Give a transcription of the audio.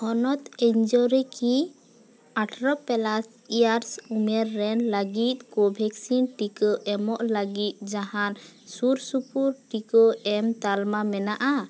ᱦᱚᱱᱚᱛ ᱮᱱᱡᱚ ᱨᱮᱠᱤ ᱟᱴᱷᱟᱨᱳ ᱯᱞᱟᱥ ᱮᱭᱟᱨᱥ ᱩᱢᱮᱨ ᱨᱮᱱ ᱞᱟᱹᱜᱤᱫ ᱠᱳᱵᱷᱮᱠᱥᱤᱱ ᱴᱤᱠᱟᱹ ᱮᱢᱚᱜ ᱞᱟᱹᱜᱤᱫ ᱡᱟᱦᱟᱱ ᱥᱩᱨ ᱥᱩᱯᱩᱨ ᱴᱤᱠᱟᱹ ᱮᱢ ᱛᱟᱞᱢᱟ ᱢᱮᱱᱟᱜᱼᱟ